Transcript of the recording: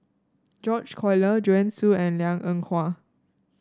George Collyer Joanne Soo and Liang Eng Hwa